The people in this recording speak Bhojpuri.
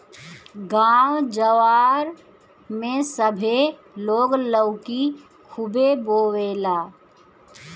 गांव जवार में सभे लोग लौकी खुबे बोएला